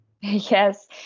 Yes